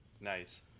Nice